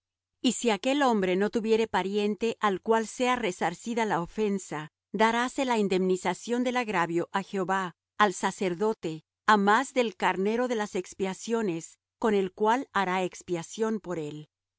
y si aquel hombre no tuviere pariente al cual sea resarcida la ofensa daráse la indemnización del agravio á jehová al sacerdote á más del carnero de las expiaciones con el cual hará expiación por él y